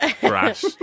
grass